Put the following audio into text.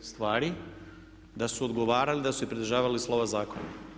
stvari da su odgovarali, da su se pridržavali slova zakona.